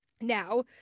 Now